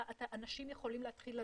אנשים יכולים להתחיל לנוע,